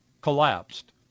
collapsed